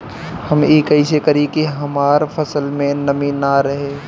हम ई कइसे करी की हमार फसल में नमी ना रहे?